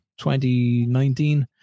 2019